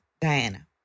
Diana